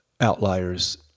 outliers